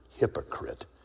hypocrite